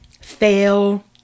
fail